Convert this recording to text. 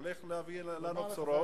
הוא הולך להביא לנו בשורות,